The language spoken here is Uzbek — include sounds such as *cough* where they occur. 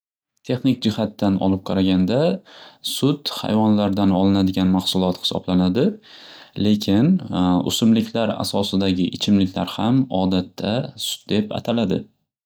Texnik jixatdan olib qaraganda sut xayvonlardan olinadigan maxsulot xisoblanadi lekin *hesitation* o'simliklar asosidagi ichimliklar ham odatda sut deb ataladi.